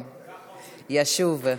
כן, ישוב.